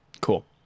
Cool